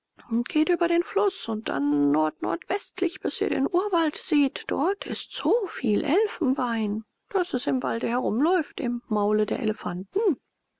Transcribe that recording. geht über den fluß und dann nordnordwestlich bis ihr den urwald seht dort ist so viel elfenbein daß es im walde herumläuft im maule der elefanten